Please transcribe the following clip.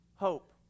hope